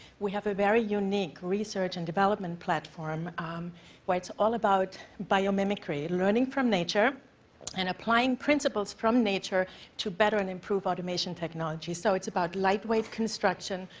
we have a very unique research and development platform where it's all about biomimicry, learning from nature and applying principals from nature to better and improve automation technology. so it's about lightweight construction,